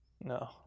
No